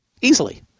Easily